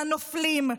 לנופלים,